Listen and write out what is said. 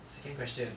second question